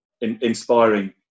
inspiring